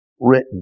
written